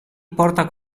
porta